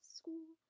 school